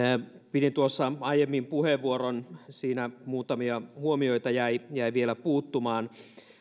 pidin tuossa aiemmin puheenvuoron siinä muutamia huomioita jäi vielä puuttumaan